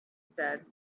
said